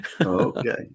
Okay